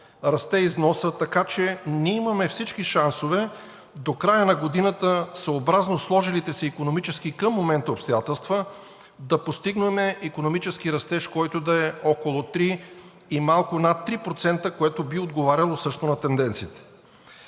расте износът. Така че ние имаме всички шансове до края на годината, съобразно сложилите се икономически към момента обстоятелства, да постигнем икономически растеж, който да е около 3 и малко над 3%, което би отговаряло също на тенденциите.